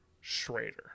Schrader